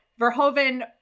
Verhoeven